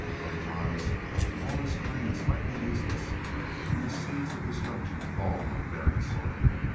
otherwise all his plans might be useless and his seeds of destruction fall on barren soil.